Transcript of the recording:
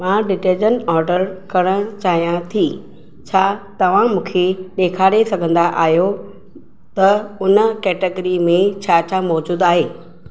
मां detergent order करणु चाहियां थी छा तव्हां मूंखे ॾेखारे सघंदा आयो त उन कैटेगरी में छा छा मौजूदु आहे